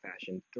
fashion